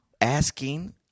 asking –